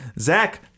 Zach